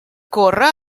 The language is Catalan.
córrer